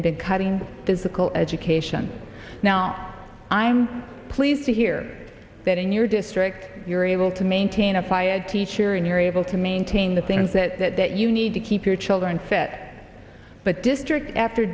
then cutting physical education now i'm pleased to hear that in your district you're able to maintain a by a teacher and you're able to maintain the things that you need to keep your children set but district after